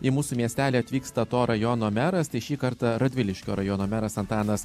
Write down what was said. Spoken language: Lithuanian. į mūsų miestelį atvyksta to rajono meras tai šį kartą radviliškio rajono meras antanas